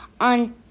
on